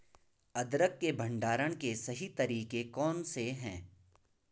अदरक के भंडारण के सही तरीके कौन से हैं?